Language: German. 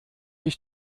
ich